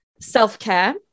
Self-care